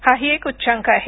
हाही एक उच्चांक आहे